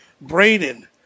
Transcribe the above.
Braden